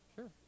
Sure